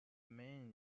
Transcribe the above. main